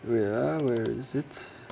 wait ah where is it